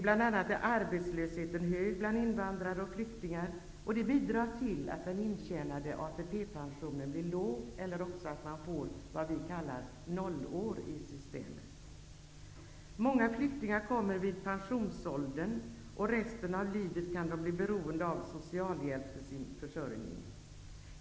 Bl.a. är arbetslösheten hög bland invandrare och flyktingar, och det bidrar till att intjänad ATP blir låg eller att de får s.k. nollår i systemet. Många flyktingar kommer hit i pensionsåldern, och resten av livet kan de bli beroende av socialhjälp för sin försörjning.